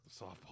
softball